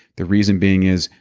the reason being is,